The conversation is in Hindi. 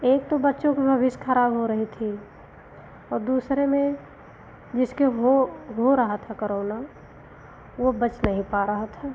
एक तो बच्चों क भविष्य खराब हो रही थी और दूसरे में जिसके वह हो रहा था करौना वह बच नहीं पा रहा था